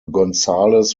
gonzales